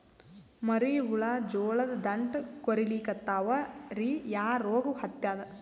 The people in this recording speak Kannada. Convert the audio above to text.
ಮರಿ ಹುಳ ಜೋಳದ ದಂಟ ಕೊರಿಲಿಕತ್ತಾವ ರೀ ಯಾ ರೋಗ ಹತ್ಯಾದ?